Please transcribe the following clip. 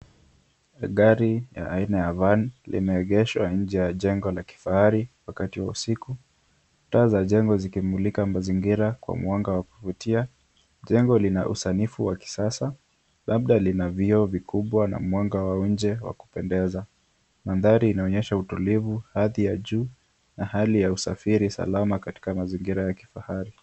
Gari la aina ya Van limeegeshwa nje ya jengo la kifahari wakati wa usiku taa za jengo zikimulika mazingira kwa mwanga wa kuvutia . Jengo lina usanifu wa kisasa labda lina vioo vikubwa na mwanga wa nje wa kupendeza. Mandhari inaonyesha utulivu hadhi ya juu na hali ya usafiri salama katika mazingira ya kifahari.